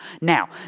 Now